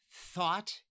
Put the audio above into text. thought